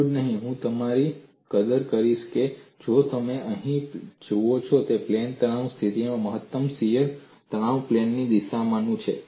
એટલું જ નહીં હું તમારી કદર કરીશ કે તમે જાઓ અને જુઓ કે પ્લેન તણાવની સ્થિતિમાં મહત્તમ શીયર તણાવ પ્લેનનું દિશામાન શું છે